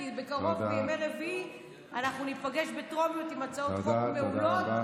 כי בקרוב בימי רביעי אנחנו ניפגש בטרומיות עם הצעות חוק מעולות,